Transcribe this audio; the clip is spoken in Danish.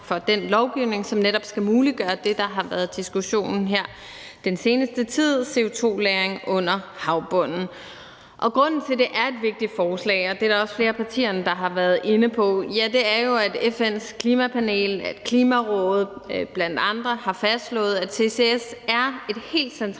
for den lovgivning, som netop skal muliggøre det, der har været diskussionen her den seneste tid, nemlig CO2-lagring under havbunden. Grunden til, at det er et vigtigt forslag – og det er der også flere af partierne der har været inde på – er jo, at FN's klimapanel og Klimarådet blandt andre har fastslået, at CCS er et helt centralt